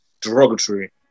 derogatory